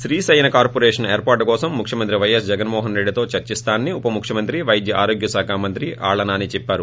Shri Sayana corporation ఏర్పాటు కోసం ముఖ్యమంత్రి వైఎస్ జగన్మోహన్ రెడ్డితో చర్చిస్తానని ఉప ముఖ్యమంత్రి వైద్యారోగ్యశాఖ మంత్రి ఆళ్ల నాని చెప్పారు